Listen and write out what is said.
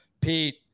Pete